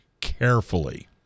carefully